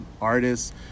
artists